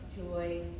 joy